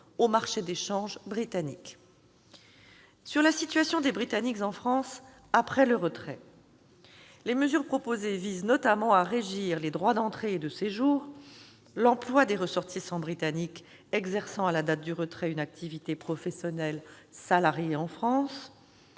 au marché des changes britanniques. Concernant la situation des Britanniques en France après le retrait, les mesures proposées visent notamment à régir les droits d'entrée et de séjour, l'emploi des ressortissants britanniques exerçant à la date du retrait une activité professionnelle salariée en France,